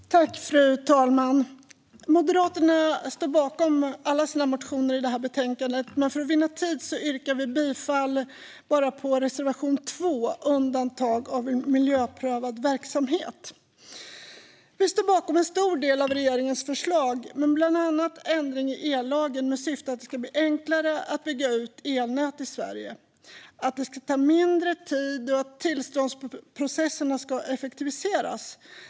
Moderna tillstånds-processer för elnät Fru talman! Moderaterna står bakom alla sina motioner i detta betänkande, men för att vinna tid yrkar vi bifall endast till reservation 2 om undantag för miljöprövad verksamhet. Vi står bakom en stor del av regeringens förslag med bland annat ändring i ellagen i syfte att det ska bli enklare att bygga ut elnätet i Sverige, att det ska ta mindre tid och att tillståndsprocesserna ska effektiviseras.